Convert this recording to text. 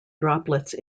droplets